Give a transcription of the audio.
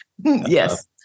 Yes